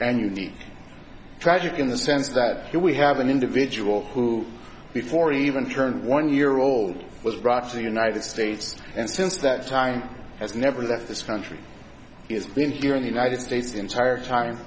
and unique tragic in the sense that here we have an individual who before he even turned one year old was brought to the united states and since that time has never left this country he's been here in the united states the entire time